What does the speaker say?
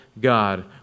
God